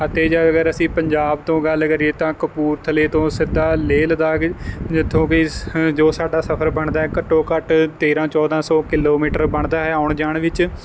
ਅਤੇ ਜੇ ਅਗਰ ਅਸੀਂ ਪੰਜਾਬ ਤੋਂ ਗੱਲ ਕਰੀਏ ਤਾਂ ਕਪੂਰਥਲੇ ਤੋਂ ਸਿੱਧਾ ਲੇਹ ਲਦਾਖ ਜਿੱਥੋਂ ਕਿ ਹ ਜੋ ਸਾਡਾ ਸਫਰ ਬਣਦਾ ਘੱਟੋ ਘੱਟ ਤੇਰ੍ਹਾਂ ਚੌਦ੍ਹਾਂ ਸੌ ਕਿਲੋਮੀਟਰ ਬਣਦਾ ਹੈ ਆਉਣ ਜਾਣ ਵਿੱਚ